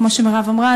כמו שמירב אמרה,